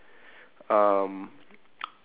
um